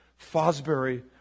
Fosbury